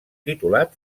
titulat